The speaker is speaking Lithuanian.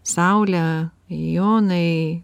saule jonai